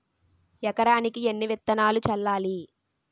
ఎకరానికి ఎన్ని విత్తనాలు చల్లాలి?